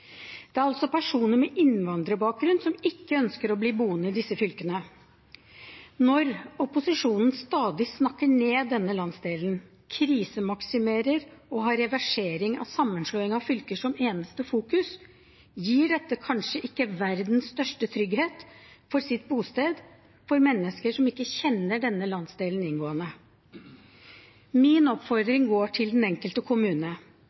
Det er altså personer med innvandrerbakgrunn som ikke ønsker å bli boende i disse fylkene. Når opposisjonen stadig snakker ned denne landsdelen, krisemaksimerer og har reversering av sammenslåing av fylker som eneste fokus, gir dette kanskje ikke verdens største trygghet for sitt bosted for mennesker som ikke kjenner denne landsdelen inngående. Min oppfordring går til den enkelte kommune: